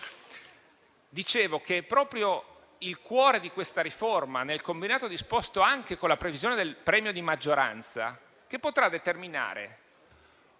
Dicevo che proprio il cuore di questa riforma, nel combinato disposto con la previsione del premio di maggioranza (che potrà determinare